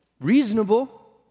Reasonable